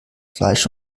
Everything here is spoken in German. fleisch